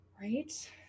Right